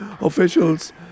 officials